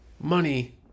money